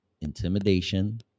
intimidation